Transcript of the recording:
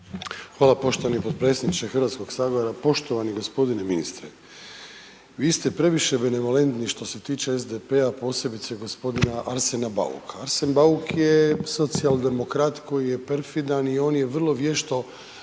Hvala poštovani potpredsjedniče Hrvatskog sabora. Poštovani gospodine ministre, vi ste previše benevolentni što se tiče SDP-a posebice gospodina Arsena Bauka. Arsen Bauk je socijaldemokrat koji je perfidan i on je vrlo vješto